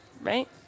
right